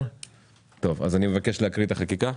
אני מבקש להקריא את החקיקה.